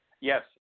Yes